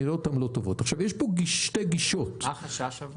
מה החשש?